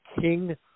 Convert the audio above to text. king